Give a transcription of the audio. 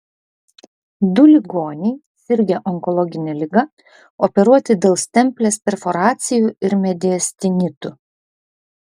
du ligoniai sirgę onkologine liga operuoti dėl stemplės perforacijų ir mediastinitų